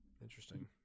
Interesting